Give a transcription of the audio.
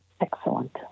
excellent